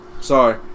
Sorry